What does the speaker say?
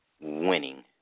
winning